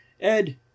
Ed